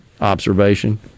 observation